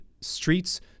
streets